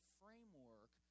framework